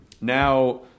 Now